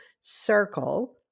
circle